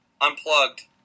unplugged